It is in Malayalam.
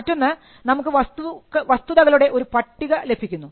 മറ്റൊന്ന് നമുക്ക് വസ്തുതകളുടെ ഒരു പട്ടിക ലഭിക്കുന്നു